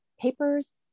papers